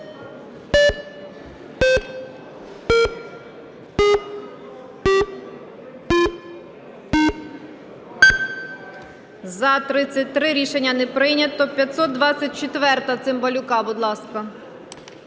За-33 Рішення не прийнято. 524-а Цимбалюка, будь ласка.